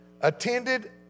attended